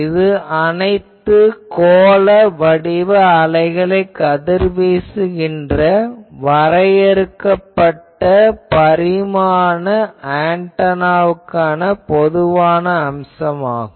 இது அனைத்து கோள வடிவ அலைகளை கதிர்வீசுகின்ற வரையறுக்கப்பட்ட பரிமாண ஆன்டெனாவுக்கான பொதுவான அம்சம் ஆகும்